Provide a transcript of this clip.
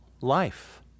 life